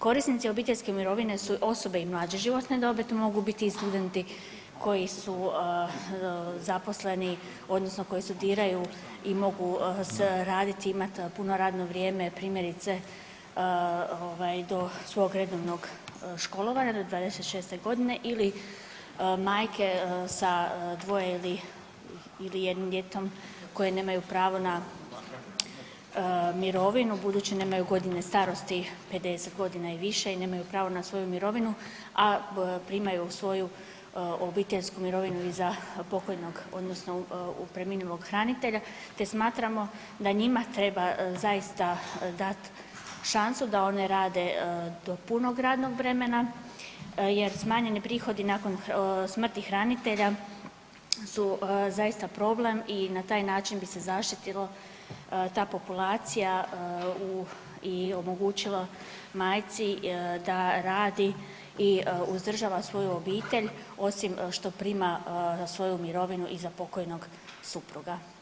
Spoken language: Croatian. Korisnici obiteljske mirovine su osobe i mlađe životne dobi, to mogu biti studenti koji su zaposleni odnosno koji studiraju i mogu radit i imati puno radno vrijeme, primjerice do svog redovnog školovanja do 26. godine ili majke sa dvoje ili jednim djetetom koje nemaju pravo na mirovinu, budući nemaju godine starosti 50 godina i više i nemaju pravo na svoju mirovinu, a primaju svoju obiteljsku mirovinu i za pokojnog odnosno preminulog hranitelja te smatramo da njima treba zaista dat šansu da one rade do punog radnog vremena jer smanjeni prihodi nakon smrti hranitelja su zaista problem i na taj način bi se zaštitila ta populacija i omogućilo majci da radi i uzdržava svoju obitelj osim što prima svoju mirovinu i za pokojnog supruga.